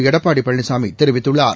எடப்பாடி பழனிசாமி தெரிவித்துள்ளார்